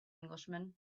englishman